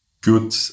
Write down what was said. good